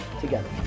together